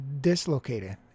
dislocated